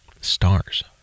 stars